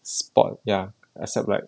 sport ya except like